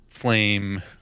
flame